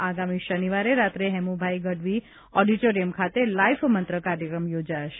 જેમાં આગામી શનિવારે રાત્રે હેમુભાઇ ગઢવી ઓડિટોરીયમ ખાતે લાઇફ મંત્ર કાર્યક્રમ યોજાયો છે